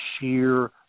sheer